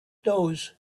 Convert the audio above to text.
those